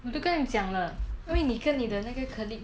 我都跟你讲了因为你跟你的那个 colleague